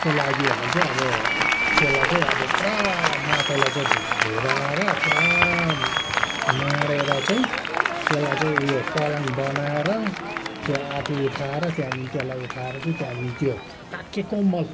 को लागि हो भने चाहिँ अब त्यसलाई चाहिँ अब त्यसलाई चाहिँ अब पुरा माटोलाई चाहिँ ढुराएर पुरा माडेर चाहिँ त्यसलाई चाहिँ ऊ यो पलङ बनाएर त्यो आदि उठाएर त्यहाँदेखि त्यसलाई उठाएर चाहिँ त्यहाँदेखि त्यो पाकेको मल